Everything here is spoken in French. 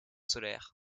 solaires